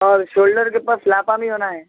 اور شولڈر کے پاس لافاں بھی ہونا ہے